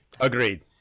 Agreed